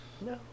No